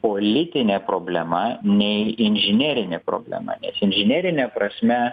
politinė problema nei inžinerinė problema nes inžinerinė prasme